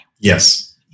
Yes